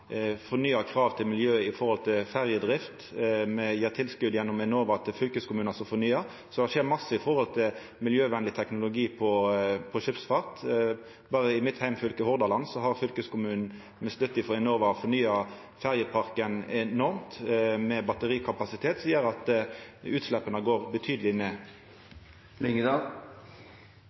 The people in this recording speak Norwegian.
fornya krav til miljøet når det gjeld ferjedrift. Me gjev tilskot gjennom Enova til fylkeskommunar som fornyar. Det skjer mykje med tanke på miljøvenleg teknologi på skipsfart. Berre i mitt heimfylke, Hordaland, har fylkeskommunen med støtte frå Enova fornya ferjeparken enormt med batterikapasitet, som gjer at utsleppa går betydeleg ned.